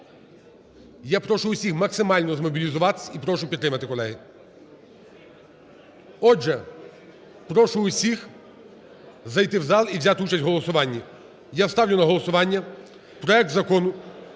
Я прошу всіх максимально змобілізуватися і прошу підтримати, колеги. Отже, прошу всіх зайти в зал і взяти участь в голосуванні. Я ставлю на голосування проект Закону